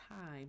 time